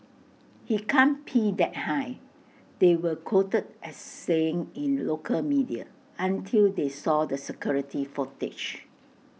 he can't pee that high they were quoted as saying in local media until they saw the security footage